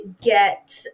get